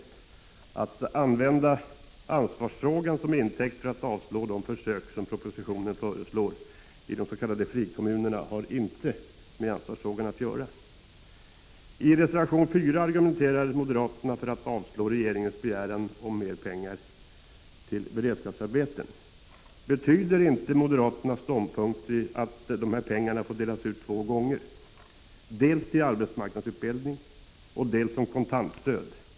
Det går inte att använda ansvarsfrågan som intäkt för att avvisa de försök som propositionen föreslår i de s.k. frikommunerna, för de har ingenting med ansvarsfrågan att göra. I reservation 4 argumenterar moderaterna för att avslå regeringens begäran om mer pengar till beredskapsarbeten. Betyder inte moderaternas ståndpunkt att dessa pengar får delas ut två gånger, dels till arbetsmarknadsutbildning, dels som kontantstöd?